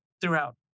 throughout